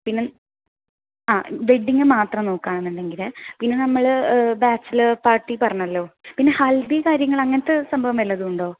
പിന്നെ ആ വെഡ്ഡിങ്ങ് മാത്രം നോക്കുവാണെന്നുണ്ടെങ്കിൽ പിന്നെ നമ്മൾ ബാച്ചലർ പാർട്ടി പറഞ്ഞല്ലോ പിന്നെ ഹൽദി കാര്യങ്ങൾ അങ്ങനത്തെ സംഭവം വല്ലതുമുണ്ടോ